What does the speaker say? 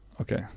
Okay